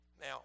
Now